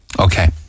Okay